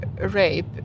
rape